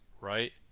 right